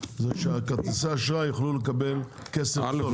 שחברות כרטיסי אשראי יוכלו לקבל כסף זול.